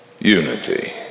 unity